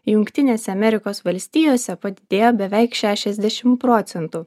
jungtinėse amerikos valstijose padidėjo beveik šešiasdešim procentų